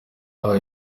ahawe